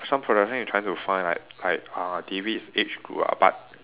some production is trying to find like like uh David's age group ah but